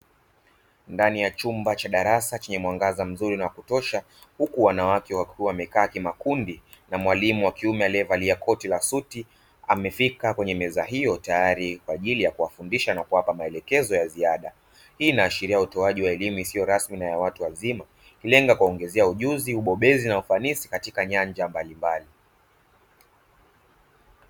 Ndani ya chumba cha darasa chenye mwangaza mzuri na wakutosha huku wanawake wakiwa wamekaa kimakundi na mwalimu wa kiume aliyevalia koti la suti amefika kwenye meza hiyo, tayari kwa ajili ya kuwafundisha na kuwapa maelekezo ya ziada. Hii inaashiria utoaji wa elimu isiyo rasmi na ya watu wazima ikilenga kuwaongezea ujuzi, ubobezi na ufanisi katika nyanja mbalimbali.